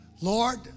Lord